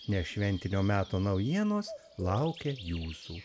nes šventinio meto naujienos laukia jūsų